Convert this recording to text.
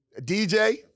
DJ